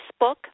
Facebook